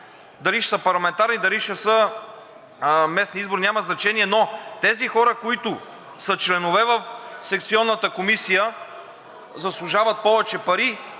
дали ще са парламентарни, дали ще са местни избори, няма значение, но тези хора, които са членове в секционната комисия, заслужават повече пари,